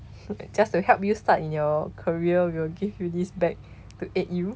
just to help you start in your career we will give you this bag to aid you